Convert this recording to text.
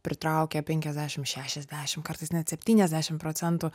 pritraukia penkiasdešim šešiasdešim kartais net septyniasdešim procentų